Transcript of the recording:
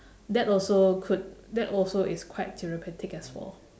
that also could that also is quite therapeutic as well